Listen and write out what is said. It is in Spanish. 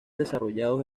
desarrollados